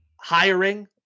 hiring